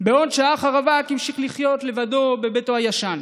בעוד שהאח הרווק המשיך לחיות לבדו בביתו הישן.